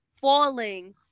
falling